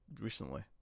recently